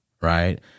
right